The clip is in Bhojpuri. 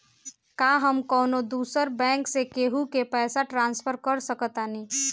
का हम कौनो दूसर बैंक से केहू के पैसा ट्रांसफर कर सकतानी?